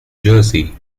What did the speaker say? jersey